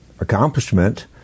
accomplishment